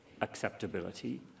acceptability